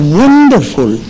wonderful